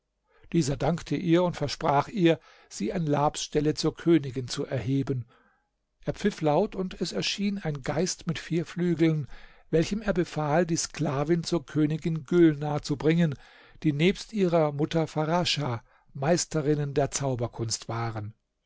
dieser dankte ihr und versprach ihr sie an labs stelle zur königin zu erheben er pfiff laut und es erschien ein geist mit vier flügeln welchem er befahl die sklavin zur königin gülnar zu bringen die nebst ihrer mutter farascha meisterinnen der zauberkunst waren